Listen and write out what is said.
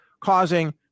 causing